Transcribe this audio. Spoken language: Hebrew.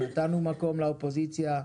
נתנו מקום לאופוזיציה,